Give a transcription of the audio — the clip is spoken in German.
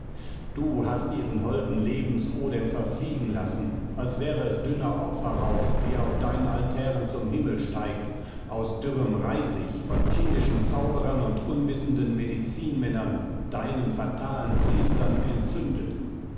du hast ihren holden lebensodem verfliegen lassen als wäre es dünner opferrauch wie er auf deinen altären zum himmel steigt aus dürrem reisig von kindischen zauberern und unwissenden medizinmännern deinen fatalen priestern entzündet